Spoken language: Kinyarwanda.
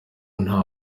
nta